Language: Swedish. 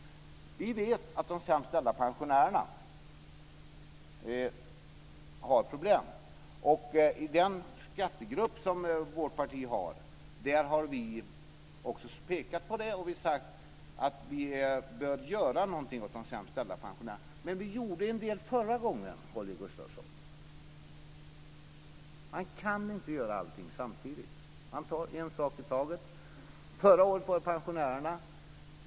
Vi vet att de sämst ställda pensionärerna har problem. Och i den skattegrupp som vårt parti har, där har vi också pekat på detta och sagt att vi bör göra något åt de sämst ställda pensionärerna. Men vi gjorde en del förra gången, Holger Gustafsson. Man kan inte göra allting samtidigt. Man tar en sak i taget. Förra året var det pensionärerna.